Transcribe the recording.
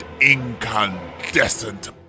incandescent